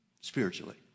spiritually